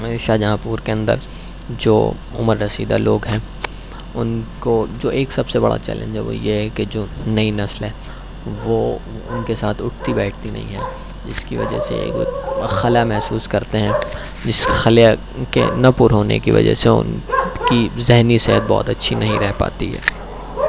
میرے شاہجہاں پور کے اندر جو عمر رسیدہ لوگ ہیں ان کو جو ایک سب سے بڑا چیلنج ہے وہ یہ ہے کہ جو نئی نسل ہے وہ ان کے ساتھ اٹھتی بیٹھتی نہیں ہے جس کی وجہ سے خلا محسوس کرتے ہیں جس خلا کے نہ پُر ہونے کی وجہ سے ان کی ذہنی صحت بہت اچھی نہیں رہ پاتی ہے